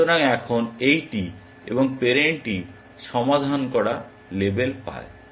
সুতরাং এখন এইটি এবং প্যারেন্টটি সমাধান করা লেবেল পায়